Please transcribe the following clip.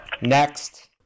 Next